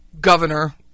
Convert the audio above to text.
governor